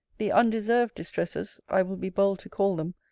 the undeserved distresses i will be bold to call them,